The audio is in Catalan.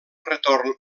retorn